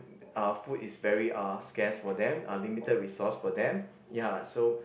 uh food is very uh scarce for them uh limited resource for them ya so